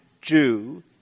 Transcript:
Jew